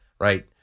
right